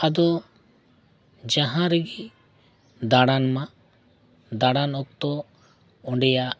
ᱟᱫᱚ ᱡᱟᱦᱟᱸ ᱨᱮᱜᱮ ᱫᱟᱬᱟᱱ ᱢᱟ ᱫᱟᱬᱟᱱ ᱚᱠᱛᱚ ᱚᱸᱰᱮᱱᱟᱜ